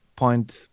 point